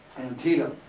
antietam.